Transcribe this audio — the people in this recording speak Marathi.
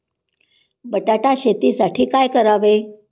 बटाटा शेतीसाठी काय करावे?